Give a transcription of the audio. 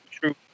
true